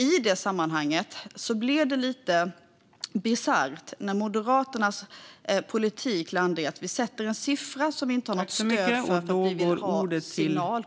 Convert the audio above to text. I det sammanhanget blir det lite bisarrt när Moderaternas politik landar i detta: Vi sätter en siffra som vi inte har något stöd för, för vi vill ha signalpolitik på detta område.